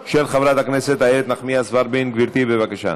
התשע"ו 2015, לא נתקבלה.